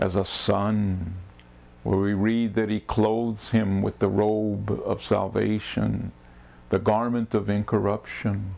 as a son we read that he clothes him with the role of salvation the garment of in corruption